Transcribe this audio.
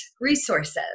Resources